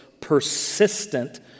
persistent